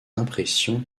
impressions